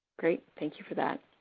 great. thank you for that.